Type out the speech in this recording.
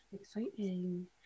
Exciting